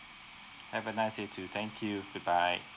have a nice day too thank you goodbye